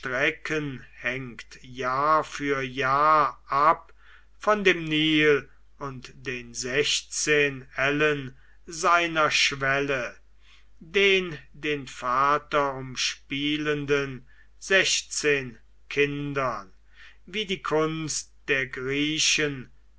hängt jahr für jahr ab von dem nil und den sechzehn ellen seiner schwelle den den vater umspielenden sechzehn kindern wie die kunst der griechen